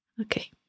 Okay